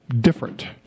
different